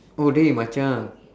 oh dey macha